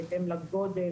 בהתאם לגודל,